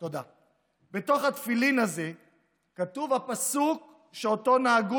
בתוך התפילין האלה כתוב הפסוק שאותו נהגו